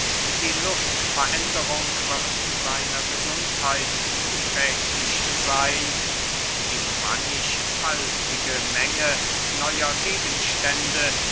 die luftveränderung wird seiner gesundheit zuträglich seyn und die mannigfaltige menge neuer gegenstände